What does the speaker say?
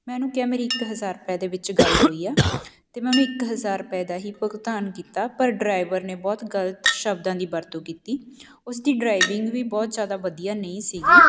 ਮੈਂ ਉਹਨੂੰ ਕਿਹਾ ਮੇਰੀ ਇੱਕ ਹਜ਼ਾਰ ਰੁਪਏ ਦੇ ਵਿੱਚ ਗੱਲ ਹੋਈ ਆ ਅਤੇ ਮੈਂ ਉਹਨੂੰ ਇੱਕ ਹਜ਼ਾਰ ਦਾ ਹੀ ਭੁਗਤਾਨ ਕੀਤਾ ਪਰ ਡਰਾਈਵਰ ਨੇ ਬਹੁਤ ਗਲਤ ਸ਼ਬਦਾਂ ਦੀ ਵਰਤੋਂ ਕੀਤੀ ਉਸ ਦੀ ਡਰਾਈਵਿੰਗ ਵੀ ਬਹੁਤ ਜ਼ਿਆਦਾ ਵਧੀਆ ਨਹੀਂ ਸੀਗੀ